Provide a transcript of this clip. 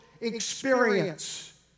experience